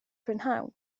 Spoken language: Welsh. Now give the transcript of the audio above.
prynhawn